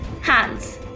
hands